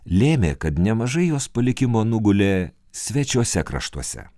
lėmė kad nemažai jos palikimo nugulė svečiuose kraštuose